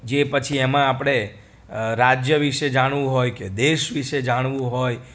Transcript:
જે પછી એમાં આપણે રાજ્ય વિષે જાણવું હોય કે દેશ વિષે જાણવું હોય